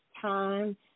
time